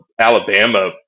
Alabama